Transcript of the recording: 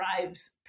drives